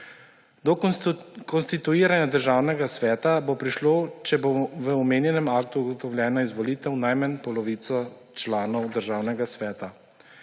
Do konstituiranja Državnega sveta bo prišlo, če bo v omenjenem aktu ugotovljena izvolitev najmanj polovice članov Državnega sveta.